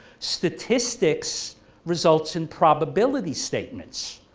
statistics results in probability statements,